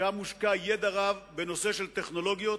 הושקע ידע רב בנושא הטכנולוגיות,